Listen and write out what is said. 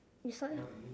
you start ah